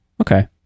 okay